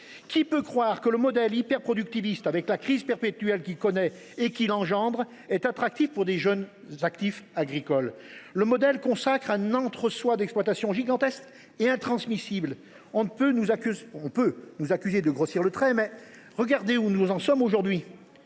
Qui peut croire que le modèle hyperproductiviste, avec la crise perpétuelle dont il est la source, est attractif pour de jeunes actifs agricoles ? Le modèle consacre un entre soi d’exploitations gigantesques et intransmissibles. On peut nous accuser de grossir le trait, mais regardez où nous en sommes aujourd’hui.